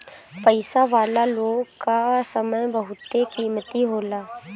पईसा वाला लोग कअ समय बहुते कीमती होला